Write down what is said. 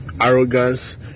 arrogance